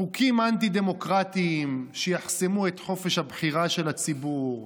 חוקים אנטי-דמוקרטיים שיחסמו את חופש הבחירה של הציבור.